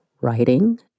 writing